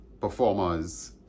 performers